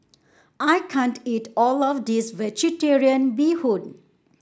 I can't eat all of this vegetarian Bee Hoon